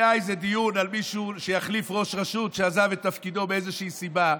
היה איזה דיון על מישהו שיחליף ראש רשות שעזב את תפקידו מאיזושהי סיבה.